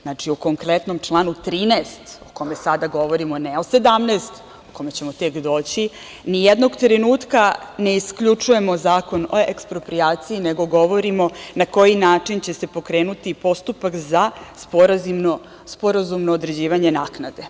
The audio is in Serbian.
Znači, u konkretnom članu 13. o kome sada govorimo, ne o 17. o kome ćemo tek doći, ni jednog trenutka ne isključujemo Zakon o eksproprijaciji, nego govorimo na koji način će se pokrenuti postupak za sporazumno određivanje naknade.